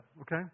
okay